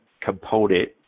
component